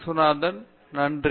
விஸ்வநாதன் நன்றி